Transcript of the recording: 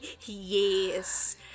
Yes